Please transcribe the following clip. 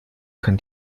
kann